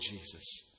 Jesus